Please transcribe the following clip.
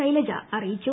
ശൈലജ അറിയിച്ചു